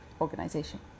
organization